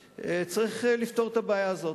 צריך לפתור את הבעיה הזאת.